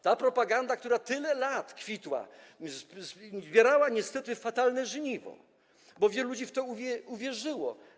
Ta propaganda, która tyle lat kwitła, zbierała niestety fatalne żniwo, bo wielu ludzi w to uwierzyło.